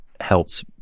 helps